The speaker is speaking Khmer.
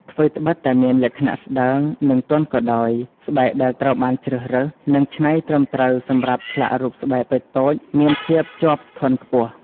ថ្វីត្បិតតែមានលក្ខណៈស្តើង និងទន់ក៏ដោយ ស្បែកដែលត្រូវបានជ្រើសរើស និងច្នៃត្រឹមត្រូវសម្រាប់ឆ្លាក់រូបស្បែកតូចៗមានភាពជាប់ធន់ខ្ពស់។